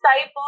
type